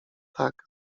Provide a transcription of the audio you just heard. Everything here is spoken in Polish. tak